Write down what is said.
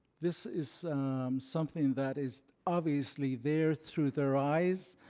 this is something that is obviously there through their eyes.